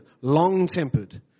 long-tempered